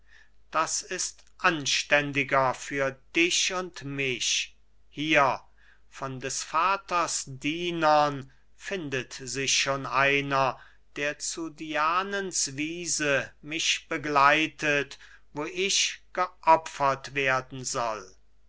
das ist anständiger für dich und mich hier von des vaters dienern findet sich schon einer der zu dianens wiese mich begleitet wo ich geopfert werden soll